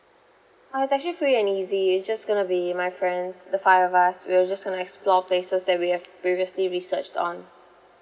uh it's actually free and easy it's just going to be my friends the five of us we'll just going to explore places that we have previously researched on